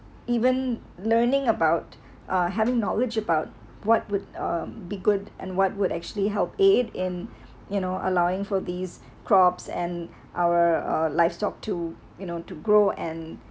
even learning about uh having knowledge about what would um be good and what would actually help aid in you know allowing for these crops and our uh livestock to you know to grow and